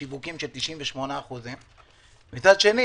זה שיווק של 98%. מצד שני